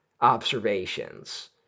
observations